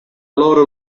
loro